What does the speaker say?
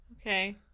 Okay